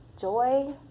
joy